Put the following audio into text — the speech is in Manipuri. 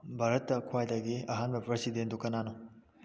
ꯚꯥꯔꯠꯇ ꯈ꯭ꯋꯥꯏꯗꯒꯤ ꯑꯍꯥꯟꯕ ꯄ꯭ꯔꯁꯤꯗꯦꯟꯗꯨ ꯀꯅꯥꯅꯣ